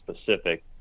specific